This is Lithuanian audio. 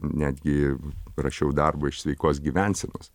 netgi rašiau darbą iš sveikos gyvensenos